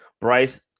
Bryce